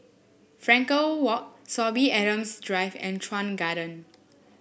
Frankel Walk Sorby Adams Drive and Chuan Garden